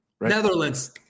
Netherlands